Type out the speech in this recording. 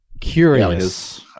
curious